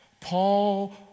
Paul